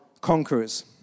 conquerors